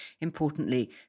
importantly